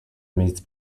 meets